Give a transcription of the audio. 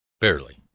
barely